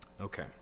Okay